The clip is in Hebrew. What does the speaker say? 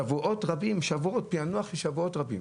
שבועות רבים פענוח של שבועות רבים.